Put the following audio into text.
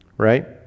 Right